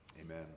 Amen